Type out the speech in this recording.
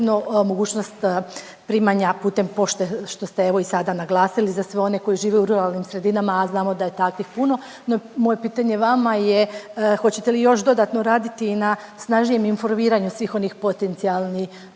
mogućnost primanja putem pošte, što ste evo i sada naglasili, za sve one koji žive u ruralnim sredinama, a znamo da je takvih puno, no moje pitanje vama je hoćete li još dodatno raditi na snažnijem informiranju svih onih potencijalnih